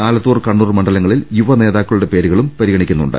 ആലത്തൂർ കണ്ണൂർ മണ്ഡലങ്ങളിൽ യുവ നേതാക്കളുടെ പേരു കളും പരിഗണനയിലുണ്ട്